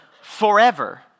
Forever